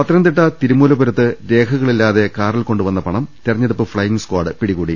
പത്തനംതിട്ട തിരുമൂലപുരത്ത് രേഖകളില്ലാതെ കാറിൽ കൊണ്ടുവന്ന പണം തിരഞ്ഞെടുപ്പ് ഫ്ളൈയിങ് സ്കാഡ് പിടികൂടി